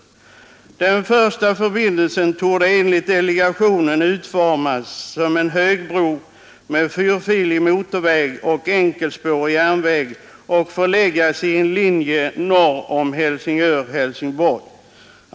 Den första förbindelsen torde enligt delegationen utformas som hög bro med fyrfilig motorväg och enkelspårig järnväg och förläggas i en linje norr om Helsingör och Hälsingborg.